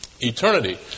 eternity